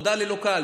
עבודה ללא קהל.